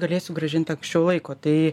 galėsiu grąžinti anksčiau laiko tai